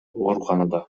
ооруканада